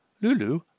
Lulu